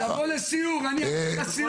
אני מכבד אותך, תבוא לסיור, אני אעשה לך סיור.